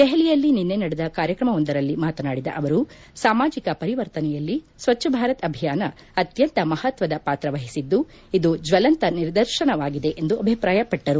ದೆಪಲಿಯಲ್ಲಿ ನಿನ್ನೆ ನಡೆದ ಕಾರ್ಯಕ್ರಮವೊಂದರಲ್ಲಿ ಮಾತನಾಡಿದ ಅವರು ಸಾಮಾಜಿಕ ಪರಿವರ್ತನೆಯಲ್ಲಿ ಸ್ವಚ್ಛ ಭಾರತ್ ಅಭಿಯಾನ ಅತ್ಯಂತ ಮಪತ್ವದ ಪಾತ್ರವಹಿಸಿದ್ದು ಇದು ಜ್ವಲಂತ ನಿದರ್ಶನವಾಗಿದೆ ಎಂದು ಅಭಿಪ್ರಾಯಪಟ್ಟರು